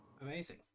Amazing